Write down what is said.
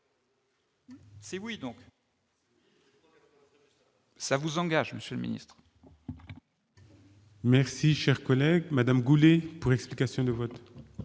c'est oui donc. ça vous engage Monsieur le Ministre. Merci, cher collègue Madame Goulet pour explication de vote.